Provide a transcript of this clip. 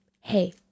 hey